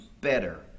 better